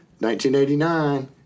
1989